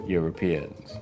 Europeans